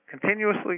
continuously